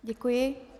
Děkuji.